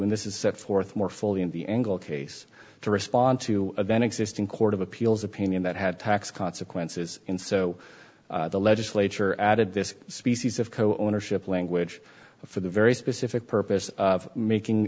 and this is set forth more fully in the angle case to respond to event existing court of appeals opinion that had tax consequences in so the legislature added this species of co ownership language for the very specific purpose of making